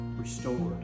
restored